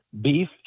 beef